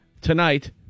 tonight